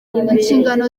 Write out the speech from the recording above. inshingano